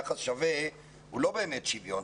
יחס שווה הוא לא באמת שיוון.